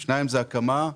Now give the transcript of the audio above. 2. הקמה.